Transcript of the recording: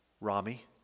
Rami